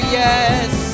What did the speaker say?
yes